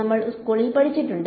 നമ്മൾ സ്കൂളിൽ പഠിച്ചിട്ടുണ്ട്